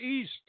East